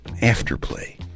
Afterplay